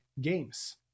Games